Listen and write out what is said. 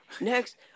next